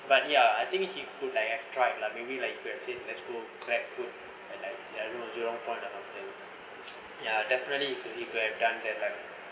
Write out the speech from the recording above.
but ya I think he could have tried lah maybe like you say let's go grab food and like everyone jurong point ya definitely you could you could have done that like